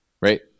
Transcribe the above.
right